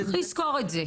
צריך לזכור את זה.